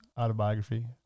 autobiography